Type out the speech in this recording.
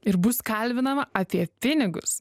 ir bus kalbinama apie pinigus